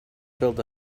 build